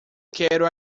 quero